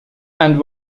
and